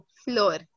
Floor